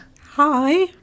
Hi